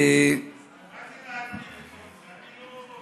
מה זה להגדיל את חופש העיסוק?